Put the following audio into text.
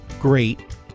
great